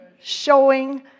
showing